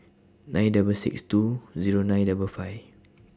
nine double six two Zero nine double five